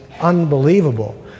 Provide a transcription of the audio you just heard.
unbelievable